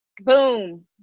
Boom